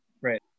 right